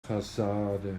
fassade